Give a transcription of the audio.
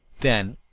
then,